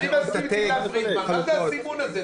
אני מסכים עם תהלה פרידמן, מה זה הסימון הזה?